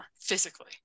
physically